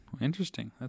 Interesting